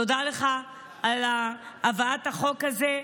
תודה לך על הבאת החוק הזה.